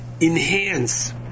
enhance